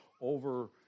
Over